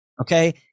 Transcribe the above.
Okay